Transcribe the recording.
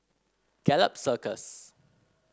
Gallop Circus